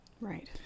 Right